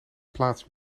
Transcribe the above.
plaats